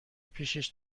پیشش